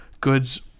goods